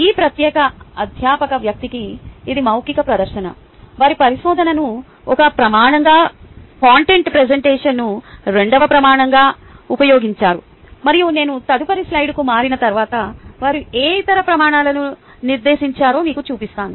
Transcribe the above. ఈ ప్రత్యేక అధ్యాపక వ్యక్తికి ఇది మౌఖిక ప్రదర్శన వారు పరిశోధనను ఒక ప్రమాణంగా కంటెంట్ ప్రెజెంటేషన్ను రెండవ ప్రమాణంగా ఉపయోగించారు మరియు నేను తదుపరి స్లైడ్కు మారిన తర్వాత వారు ఏ ఇతర ప్రమాణాలను నిర్దేశించారో మీకు చూపిస్తాను